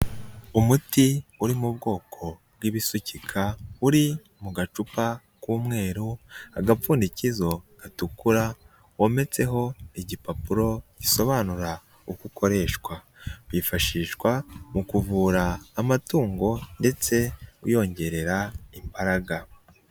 Umuti uri mu bwoko bw'ibisukika uri mu gacupa k'umweru, agapfundikizo gatukura wometseho igipapuro gisobanura uko ukoreshwa, wifashishwa mu kuvura amatungo ndetse uyongerera imbaraga.